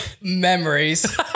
memories